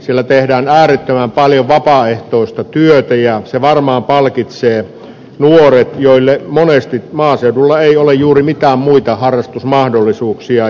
siellä tehdään äärettömän paljon vapaaehtoista työtä ja se varmaan palkitsee nuoret joille monesti maaseudulla ei ole juuri mitään muita harrastusmahdollisuuksia